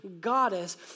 goddess